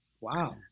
Wow